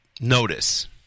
Notice